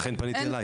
לכן פניתי אליך.